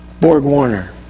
Borg-Warner